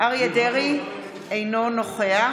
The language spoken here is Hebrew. אריה מכלוף דרעי, אינו נוכח